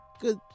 good